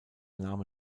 name